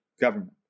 government